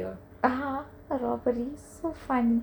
(uh huh) robbery so fun